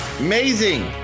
Amazing